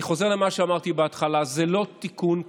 אני חוזר למה שאמרתי בהתחלה: זה לא תיקון קטן,